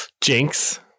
jinx